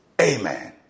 amen